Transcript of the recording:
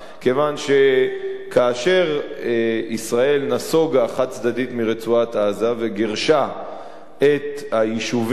כיוון שכאשר ישראל נסוגה חד-צדדית מרצועת-עזה וגירשה את היישובים